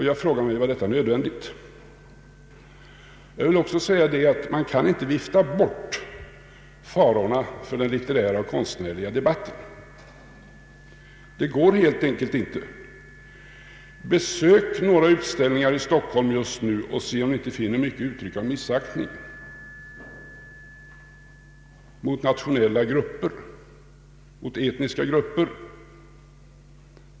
Jag frågar: Var detta nödvändigt? Jag vill också anföra att man inte kan vifta bort farhågorna för den litterära och konstnärliga debatten. Det går helt enkelt inte. Besök några utställningar i Stockholm just nu och se om ni inte finner många uttryck av missaktning mot nationella grupper, mot etniska grupper!